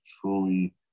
truly